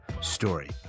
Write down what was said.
story